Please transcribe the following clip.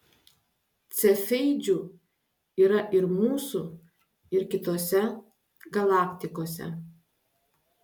cefeidžių yra ir mūsų ir kitose galaktikose